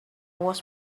was